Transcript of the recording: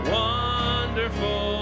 wonderful